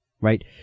right